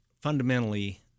fundamentally